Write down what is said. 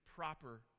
proper